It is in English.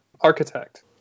architect